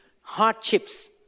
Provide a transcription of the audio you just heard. hardships